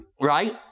right